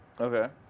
okay